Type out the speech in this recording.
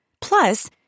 Plus